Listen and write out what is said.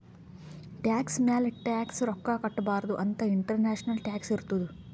tax ಮ್ಯಾಲ tax ರೊಕ್ಕಾ ಕಟ್ಟಬಾರ್ದ ಅಂತ್ ಇಂಟರ್ನ್ಯಾಷನಲ್ ಟ್ಯಾಕ್ಸ್ ಇರ್ತುದ್